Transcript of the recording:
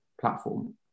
platform